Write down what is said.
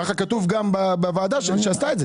ככה כתוב גם בוועדה שעשתה את זה.